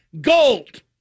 Gold